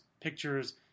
pictures